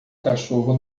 cachorro